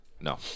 No